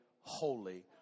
holy